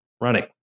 running